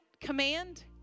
command